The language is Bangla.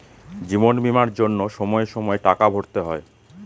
জীবন বীমার জন্য সময়ে সময়ে টাকা ভরতে হয়